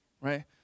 right